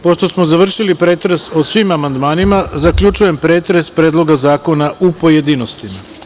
Pošto smo završili pretres o svim amandmanima, zaključujem pretres Predloga zakona u pojedinostima.